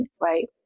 Right